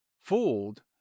fooled